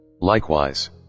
Likewise